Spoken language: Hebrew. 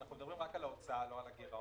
אנחנו מדברים רק על ההוצאה, לא על הגירעון.